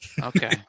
Okay